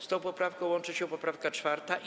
Z tą poprawką łączy się poprawka 4.